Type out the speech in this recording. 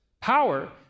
power